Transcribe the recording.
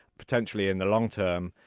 potentially in the long-term,